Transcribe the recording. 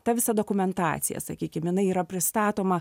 ta visa dokumentacija sakykim jinai yra pristatoma